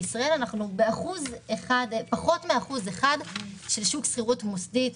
בישראל אנחנו עם פחות מאחוז אחד של שוק שכירות מוסדי,